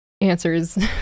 answers